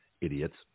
idiots